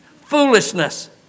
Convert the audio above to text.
Foolishness